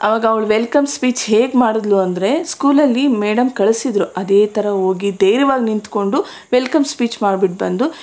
ಆವಾಗ ಅವ್ಳು welcome speech ಹೇಗೆ ಮಾಡಿದ್ಲು ಅಂದರೆ ಸ್ಕೂಲಲ್ಲಿ ಮೇಡಮ್ ಕಳಿಸಿದ್ರು ಅದೇ ಥರ ಹೋಗಿ ಧೈರ್ಯವಾಗಿ ನಿಂತುಕೊಂಡು ವೆಲ್ಕಮ್ ಸ್ಪೀಚ್ ಮಾಡ್ಬಿಟ್ಟು ಬಂದು